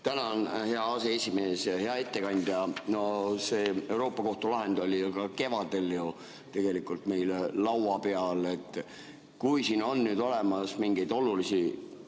Tänan, hea aseesimees! Hea ettekandja! No see Euroopa kohtu lahend oli ju ka kevadel tegelikult meil laua peal. Kui siin on nüüd olemas mingeid olulisi